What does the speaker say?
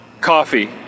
coffee